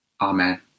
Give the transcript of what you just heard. Amen